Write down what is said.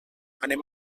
anem